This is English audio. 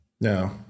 No